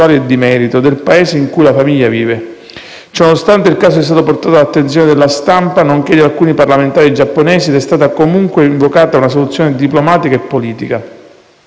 grazie